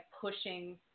pushing